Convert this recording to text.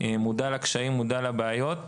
מודע לקשיים, מודע לבעיות.